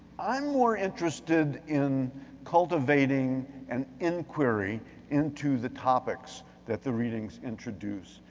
i'm more interested in cultivating an inquiry into the topics that the readings introduce.